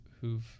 who've